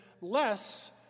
less